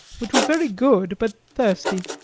which was very good but thirsty.